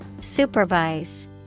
Supervise